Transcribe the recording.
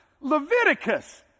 Leviticus